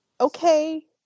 Okay